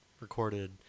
recorded